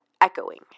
echoing